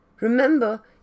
Remember